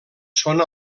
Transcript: són